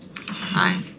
Hi